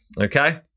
okay